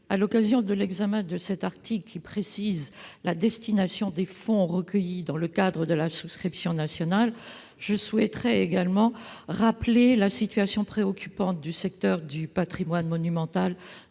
À l'occasion de l'examen de l'article 2 qui précise la destination des fonds recueillis dans le cadre de la souscription nationale, je souhaiterais rappeler la situation préoccupante du secteur du patrimoine monumental